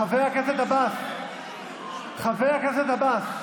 שככל שנטפל בבעיה הזאת יותר מוקדם,